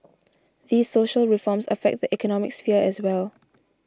these social reforms affect the economic sphere as well